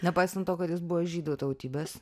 nepaisant to kad jis buvo žydų tautybės